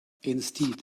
instead